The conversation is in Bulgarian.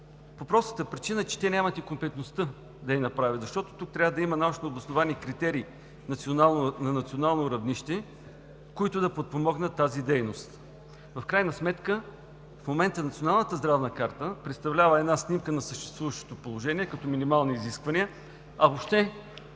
по простата причина, че те нямат компетентността да я направят. Защото тук трябва да има научнообосновани критерии на национално равнище, които да подпомогнат тази дейност. В крайна сметка в момента Националната здравна карта представлява снимка на съществуващото положение като минимални изисквания, но въобще